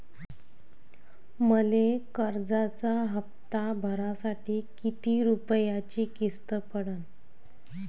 मले कर्जाचा हप्ता भरासाठी किती रूपयाची किस्त पडन?